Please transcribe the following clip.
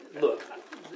look